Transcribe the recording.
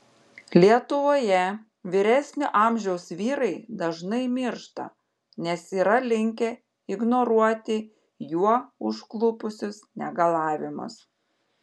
lietuvoje vyresnio amžiaus vyrai dažnai miršta nes yra linkę ignoruoti juo užklupusius negalavimus